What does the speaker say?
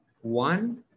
One